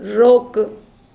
रोकु